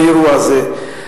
באירוע הזה.